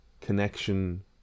connection